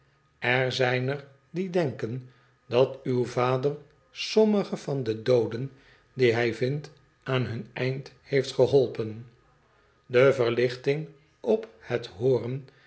er zijn er die denken dat uw vader sommige van de dooden die hij vindt aan hun eind heeft geholpen de verlichting op het hooren